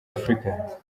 afurika